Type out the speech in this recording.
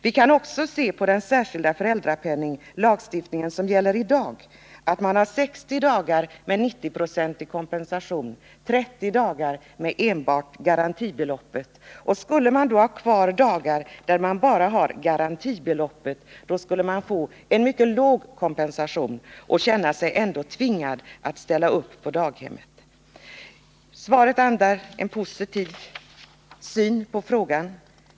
Vi kan också se på den särskilda föräldrapenningen, den lagstiftning som gäller i dag. Man har 60 dagar med 90 926 kompensation och 30 dagar med enbart garantibeloppet. Skulle man då ha kvar dagar där man bara har garantibeloppet, skulle man få en mycket låg kompensation och ändå känna sig tvingad att ställa upp på daghemmet. Svaret vittnar om en positiv syn på frågan.